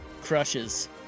crushes